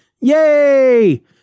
Yay